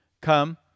Come